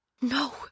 No